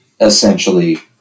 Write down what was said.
essentially